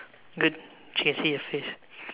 good she can see your face